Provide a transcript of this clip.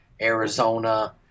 Arizona